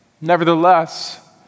Nevertheless